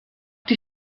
die